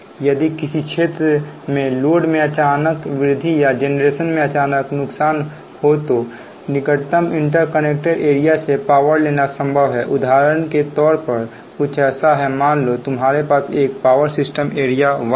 यदि किसी क्षेत्र में लोड में अचानक वृद्धि या जेनरेशन में अचानक नुकसान हो तो निकटतम इंटरकनेक्टेड एरिया से पावर लेना संभव है उदाहरण के तौर पर कुछ ऐसा है मान लो तुम्हारे पास यह है एक पावर सिस्टम एरिया वन है